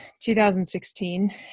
2016